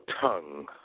tongue